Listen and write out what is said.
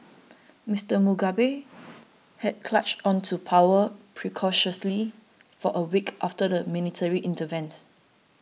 Mister Mugabe had clashed on to power precariously for a week after the military intervened